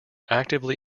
actively